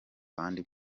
abandi